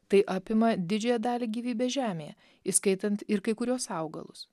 tai apima didžiąją dalį gyvybės žemėje įskaitant ir kai kuriuos augalus